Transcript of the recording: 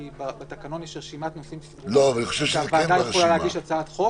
כי בתקנון יש רשימת נושאים סדורה שהוועדה יכולה להגיש הצעת חוק,